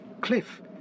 Cliff